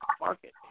market